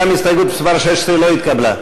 הסתייגות מס' 13 לא התקבלה.